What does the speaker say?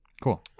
Cool